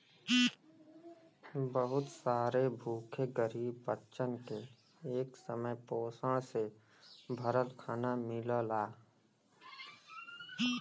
बहुत सारे भूखे गरीब बच्चन के एक समय पोषण से भरल खाना मिलला